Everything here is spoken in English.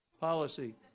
Policy